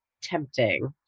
tempting